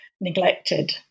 neglected